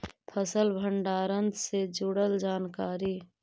फसल भंडारन से जुड़ल जानकारी?